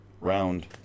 round